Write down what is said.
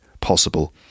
possible